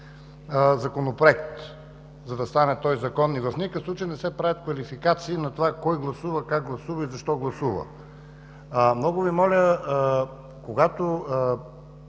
Законопроект, за да стане той Закон, и в никакъв случай не се правят квалификации на това кой гласува, как гласува и защо гласува. Много Ви моля, когато